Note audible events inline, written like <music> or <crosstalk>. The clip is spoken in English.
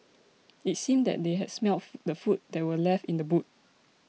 it seemed that they had smelt <hesitation> the food that were left in the boot